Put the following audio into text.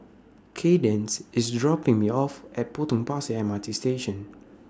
Kaydence IS dropping Me off At Potong Pasir M R T Station